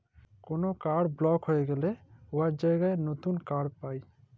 call কাড় বলক হঁয়ে গ্যালে উয়ার জায়গায় লতুল কাড় পায়